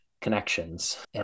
connections